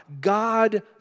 God